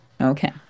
Okay